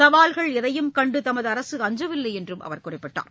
சவால்கள் எதையும் கண்டு தமது அரசு அஞ்சவில்லை என்றும் அவர் கூறினார்